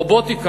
רובוטיקה,